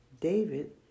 David